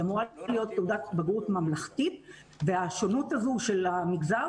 היא אמורה להית תעודת בגרות ממלכתית והשונות הזו של המגזר